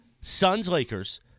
Suns-Lakers